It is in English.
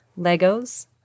Legos